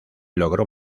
logró